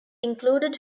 included